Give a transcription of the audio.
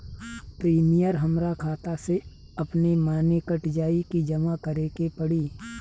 Premium हमरा खाता से अपने माने कट जाई की जमा करे के पड़ी?